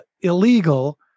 illegal